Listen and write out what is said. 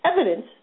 evidence